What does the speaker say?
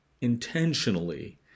intentionally